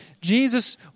Jesus